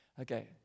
Okay